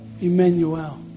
Emmanuel